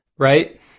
right